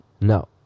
No